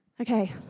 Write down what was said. Okay